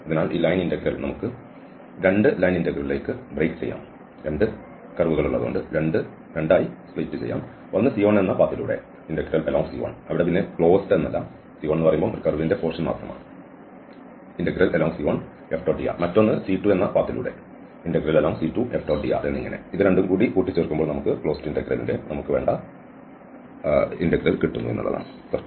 അതിനാൽ ഈ line integral നമുക്ക് 2 ലൈൻ ഇന്റഗ്രലുകളിലേക്ക് ബ്രേക്ക് ചെയ്യാം ഒന്ന് C1 എന്ന പാതയിലൂടെ C1F⋅dr മറ്റൊന്ന് C2 എന്ന പാതയിലൂടെ C2F⋅drഎന്നിങ്ങനെ ആണ്